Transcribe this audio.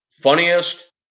funniest